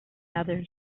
others